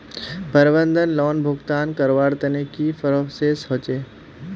प्रबंधन लोन भुगतान करवार तने की की प्रोसेस होचे?